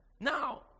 Now